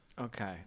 Okay